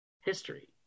history